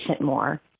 more